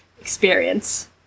Experience